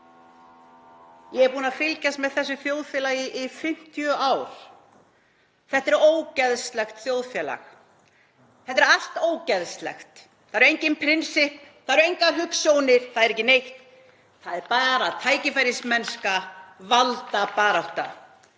„[É]g er búinn að fylgjast með þessu í 50 ár. Þetta er ógeðslegt þjóðfélag, þetta er allt ógeðslegt. Það eru engin prinsipp, það eru engar hugsjónir, það er ekki neitt. Það er bara tækifærismennska, valdabarátta.“